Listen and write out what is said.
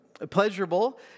Pleasurable